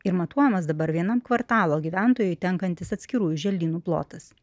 ir matuojamas dabar vienam kvartalo gyventojui tenkantis atskirųjų želdynų plotas